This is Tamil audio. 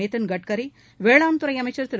நிதின்கட்சரி வேளாண் துறை அமைச்சர் திரு